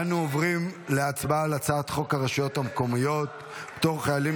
אנו עוברים להצבעה על הצעת חוק הרשויות המקומיות (פטור חיילים,